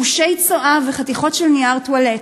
גושי צואה וחתיכות של נייר טואלט.